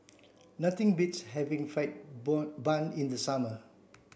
nothing beats having fried born bun in the summer